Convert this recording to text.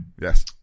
Yes